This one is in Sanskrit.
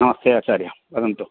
नमस्ते आचार्यः वदन्तु